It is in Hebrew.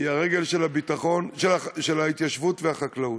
היא הרגל של ההתיישבות והחקלאות.